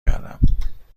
کردم